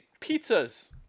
pizzas